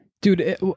Dude